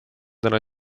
täna